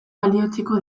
balioetsiko